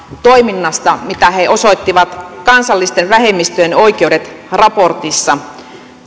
toiminnasta mitä he osoittivat kansallisten vähemmistöjen oikeudet raportissa